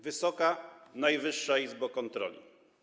Wysoka Najwyższa Izbo Kontroli!